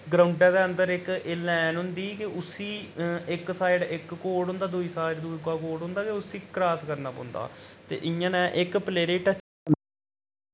ग्राउंडै दे अंदर इक लैन होंदी कि उसी इक साइड इक कोड होंदा दूई साइड दूआ कोड होंदा उसी क्रास करना पौंदा ते इ'यां इक प्लेयर गी टच